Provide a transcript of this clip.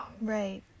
Right